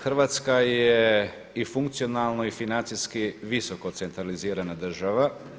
Hrvatska je i funkcionalno i financijski visoko centralizirana država.